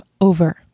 over